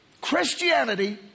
Christianity